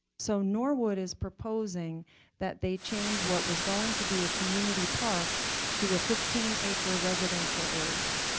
so norwood is proposing that they change what was going to be a community park to a fifteen acre residential area.